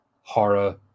horror